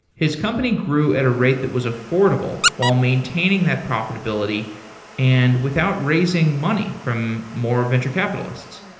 his company grew at a rate that was affordable while maintaining that profitability and without raising money from more venture capitalists.